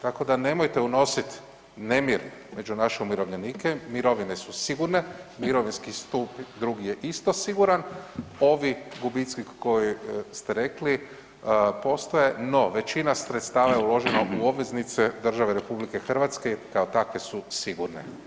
Tako da nemojte unosit nemir među naše umirovljenike, mirovine su sigurne, mirovinski stup drugi je isto siguran, ovi gubici koji ste rekli postoje, no većina sredstava je uložena u obveznice države RH i kao takve su sigurne.